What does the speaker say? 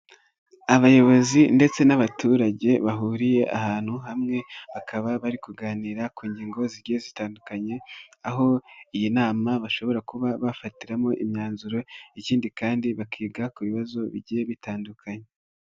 Abayobozi ndetse n'abaturage bahuriye ahantu hamwe ,bakaba bari kuganira ku ngingo zigiye zitandukanye, aho iyi nama bashobora kuba bafatiramo imyanzuro ikindi kandi bakiga ku bibazo bigiye bitandukanye.